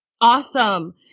awesome